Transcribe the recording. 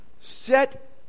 set